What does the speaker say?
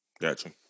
Gotcha